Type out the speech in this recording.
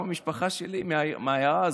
גם המשפחה שלי מהעיירה הזאת,